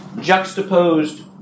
Juxtaposed